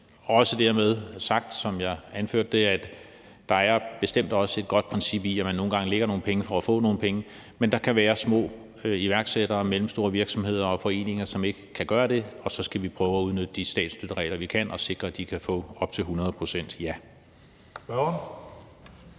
også det her, som jeg anførte, om, at der bestemt også er et godt princip i, at man nogle gange lægger nogle penge for at få nogle penge, men at der kan være små iværksættere og mellemstore virksomheder og foreninger, som ikke kan gøre det, og at vi så skal prøve at udnytte de statsstøtteregler, vi kan, og sikre, at de kan få op til 100 pct. Kl.